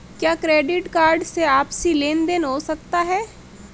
क्या credit card से आपसी लेनदेन हो सकता है?